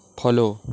follow